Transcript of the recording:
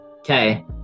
Okay